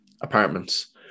apartments